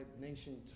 nation